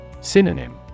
Synonym